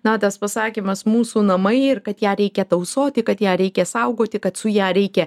na tas pasakymas mūsų namai ir kad ją reikia tausoti kad ją reikia saugoti kad su ja reikia